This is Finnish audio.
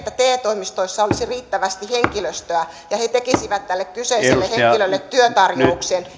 te toimistoissa olisi riittävästi henkilöstöä ja he tekisivät tälle kyseiselle henkilölle työtarjouksen